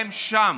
בהם שם.